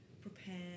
prepare